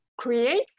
create